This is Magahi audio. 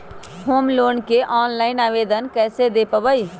होम लोन के ऑनलाइन आवेदन कैसे दें पवई?